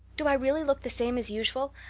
do i really look the same as usual?